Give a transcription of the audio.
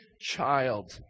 child